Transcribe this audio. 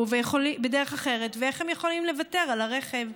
בדרך אחרת ואיך הם יכולים לוותר על הרכב.